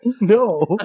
No